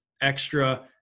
extra